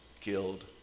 killed